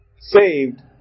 saved